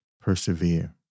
persevere